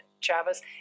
Travis